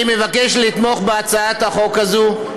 אני מבקש לתמוך בהצעת החוק הזאת,